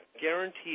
guarantee